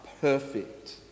perfect